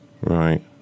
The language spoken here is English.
Right